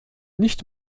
nicht